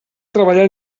treballar